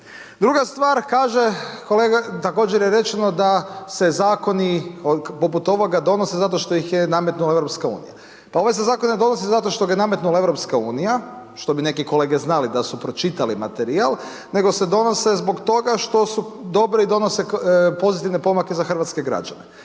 Druga stvar, kaže kolega također je rečeno da se zakoni poput ovoga donose zato što ih ne nametnula EU. Pa ovaj se zakon ne donosi zato što ga je nametnula EU, što bi neke kolege znali da su pročitali materijal, nego se donose zbog toga što su dobri i donose pozitivne pomake za hrvatske građane.